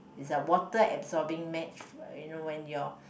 is a water absorbing mat you know when your